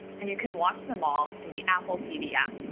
and you can watch them all in the apple tv app,